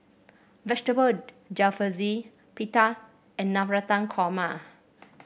Vegetable Jalfrezi Pita and Navratan Korma